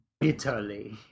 bitterly